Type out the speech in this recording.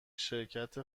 شرکت